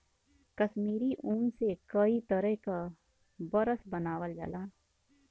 कसमीरी ऊन से कई तरे क बरस बनावल जाला